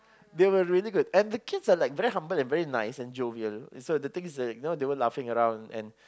they were very good and the kids are like very humble and very nice and jovial the things is like they were laughing around and